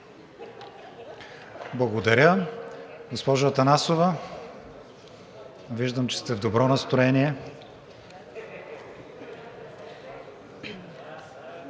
Благодаря. Госпожо Атанасова, виждам, че сте в добро настроение.